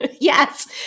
Yes